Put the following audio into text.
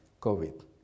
COVID